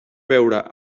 veure